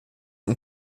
und